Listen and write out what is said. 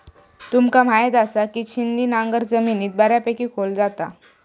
तुमका म्हायत आसा, की छिन्नी नांगर जमिनीत बऱ्यापैकी खोल जाता